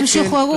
הם שוחררו.